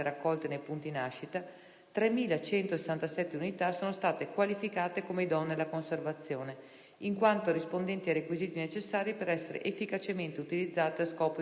3.167 unità sono state qualificate come idonee alla conservazione, in quanto rispondenti ai requisiti necessari per essere efficacemente utilizzate a scopo di trapianto emopoietico.